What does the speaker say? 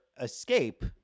escape